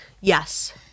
Yes